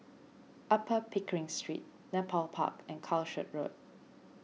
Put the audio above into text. Upper Pickering Street Nepal Park and Calshot Road